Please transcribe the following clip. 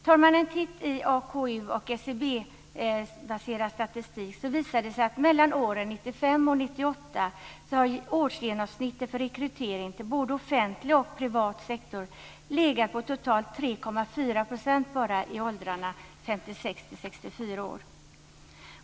Tar men en titt i AKU och SCB-baserad statistik visar det sig att under åren 1995-1998 har årsgenomsnittet för rekrytering till både offentlig och privat sektor legat på totalt bara 3,4 % i åldrarna 56-64 år.